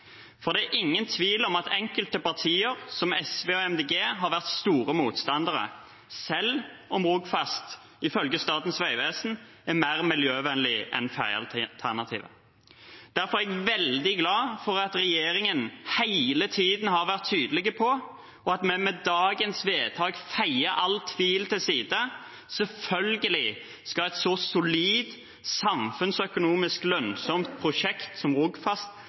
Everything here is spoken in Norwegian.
For det er ingen tvil om at enkelte partier, som SV og Miljøpartiet De Grønne, har vært store motstandere, selv om Rogfast ifølge Statens vegvesen er mer miljøvennlig enn fergealternativet. Derfor er jeg veldig glad for at regjeringen hele tiden har vært tydelig på, og at vi med dagens vedtak feier all tvil til side: Selvfølgelig skal et så solid, samfunnsøkonomisk lønnsomt prosjekt som